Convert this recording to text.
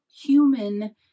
human